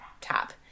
top